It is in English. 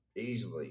easily